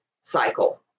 cycle